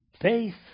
Faith